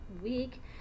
week